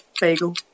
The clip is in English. bagel